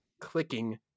clicking